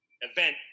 Event